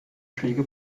schläge